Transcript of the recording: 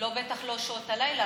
בטח לא בשעות הלילה.